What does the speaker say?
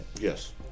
Yes